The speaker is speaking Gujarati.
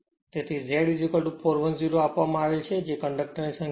તેથી Z 410 આપવામાં આવેલ છે તે કંડક્ટર ની સંખ્યા છે